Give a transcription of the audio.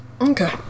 Okay